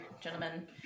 gentlemen